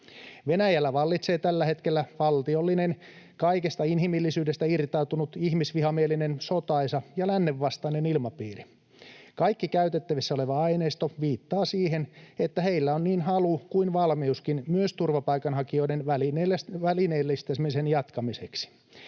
Venäjällä vallitsee tällä hetkellä valtiollinen kaikesta inhimillisyydestä irtautunut ihmisvihamielinen, sotaisa ja lännen vastainen ilmapiiri. Kaikki käytettävissä oleva aineisto viittaa siihen, että heillä on niin halu kuin valmiuskin myös turvapaikanhakijoiden välineellistämisen jatkamiseksi.